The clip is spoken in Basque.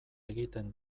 egiten